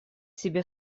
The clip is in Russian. себе